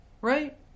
right